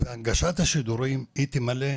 והנגשת השידורים הן ימלאו